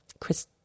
Chris